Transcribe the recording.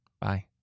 Bye